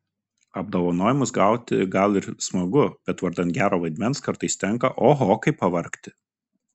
apdovanojimus gauti gal ir smagu bet vardan gero vaidmens kartais tenka oho kaip pavargti